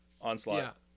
Onslaught